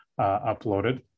uploaded